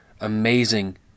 amazing